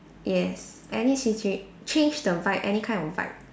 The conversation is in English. yes any situa~ change the vibe any kind of vibe